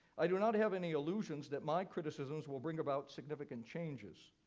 i do not have any illusions that my criticisms will bring about significant changes.